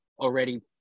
already